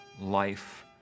life